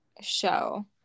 show